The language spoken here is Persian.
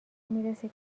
میرسه